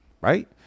right